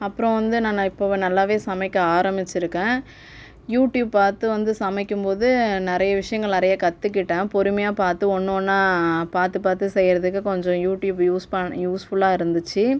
அப்புறோம் வந்து நான் இப்போ நல்லாவே சமைக்க ஆரம்பிச்சிருக்கேன் யூடியூப் பார்த்து வந்து சமைக்கும்போது நிறைய விஷியங்கள் நிறைய கத்துகிட்டேன் பொறுமையாக பார்த்து ஒன்று ஒன்னாக பார்த்து பார்த்து செய்யுறதுக்கு கொஞ்சம் யூடியூப் யூஸ் பண் யூஸ்ஃபுல்லாக இருந்துச்சு